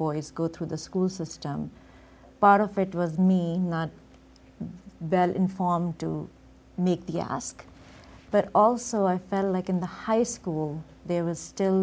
boys go through the school system part of it was me not that informed to make the ask but also i felt like in the high school there was still